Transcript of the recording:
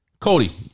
Cody